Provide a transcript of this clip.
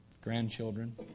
grandchildren